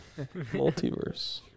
multiverse